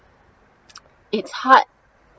it's hard